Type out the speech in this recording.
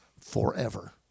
forever